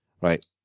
Right